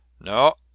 no,